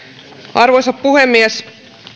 arvoisa puhemies